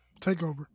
takeover